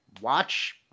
watch